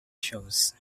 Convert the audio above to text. shows